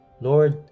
Lord